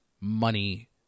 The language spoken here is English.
money